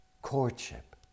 Courtship